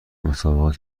مسابقه